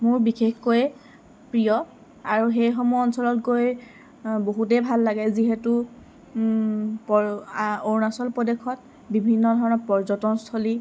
মোৰ বিশেষকৈ প্ৰিয় আৰু সেইসমূহ অঞ্চলত গৈ বহুতেই ভাল লাগে যিহেতু অৰুণাচল প্ৰদেশত বিভিন্ন ধৰণৰ পৰ্যটনস্থলী